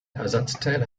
ersatzteil